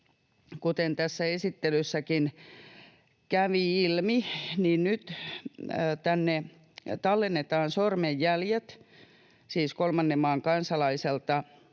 kuten esittelyssäkin kävi ilmi, nyt tänne tallennetaan sormenjäljet. Siis kolmannen maan kansalaiselta